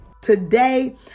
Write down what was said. Today